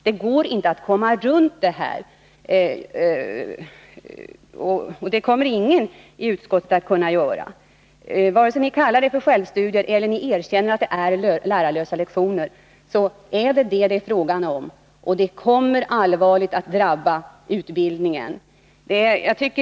Det går inte att komma runt detta, och det kommer ingen i utskottet att kunna göra, vare sig ni kallar det självstudier eller ni erkänner att det är lärarlösa lektioner. Detta kommer att allvarligt drabba utbildningen.